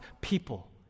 people